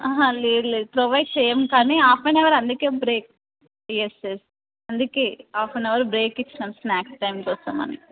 లేదు లేదు ప్రొవైడ్ చెయ్యం కానీ హాఫ్ అన్ అవర్ అందుకే బ్రేక్ ఎస్ ఎస్ అందుకే హాఫ్ అన్ అవర్ బ్రేక్ ఇచ్చినాం స్న్యాక్స్ టైమ్ కోసమని